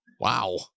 Wow